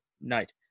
night